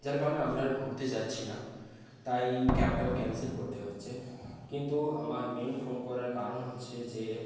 যার কারণে আমরা আর ঘুরতে যাচ্ছি না তাই ক্যাবটাও ক্যান্সেল করতে হচ্ছে কিন্তু আমার মেন ফোন করার কারণ হচ্ছে যে